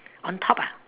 on top ah